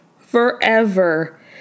forever